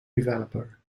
developer